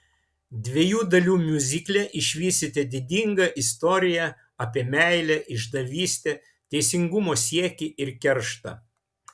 dviejų dalių miuzikle išvysite didingą istoriją apie meilę išdavystę teisingumo siekį ir kerštą